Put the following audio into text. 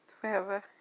forever